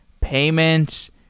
payments